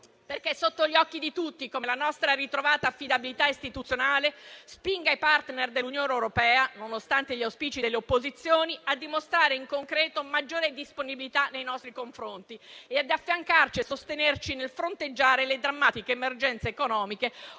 perché è sotto gli occhi di tutti come la nostra ritrovata affidabilità istituzionale spinga i *partner* dell'Unione europea, nonostante gli auspici delle opposizioni, a dimostrare in concreto maggiore disponibilità nei nostri confronti e ad affiancarci e sostenerci nel fronteggiare le drammatiche emergenze economiche o